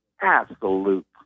absolute